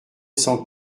cent